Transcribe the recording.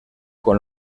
con